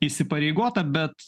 įsipareigota bet